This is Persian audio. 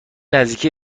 نزدیکی